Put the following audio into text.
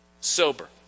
Sober